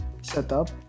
setup